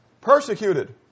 persecuted